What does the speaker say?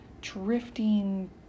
drifting